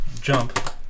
jump